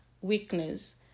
weakness